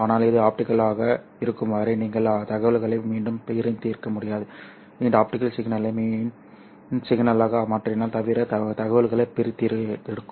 ஆனால் இது ஆப்டிகலாக இருக்கும் வரை நீங்கள் தகவலை மீண்டும் பிரித்தெடுக்க முடியாது இந்த ஆப்டிகல் சிக்னலை மின் சிக்னலாக மாற்றினால் தவிர தகவல்களை பிரித்தெடுக்கும்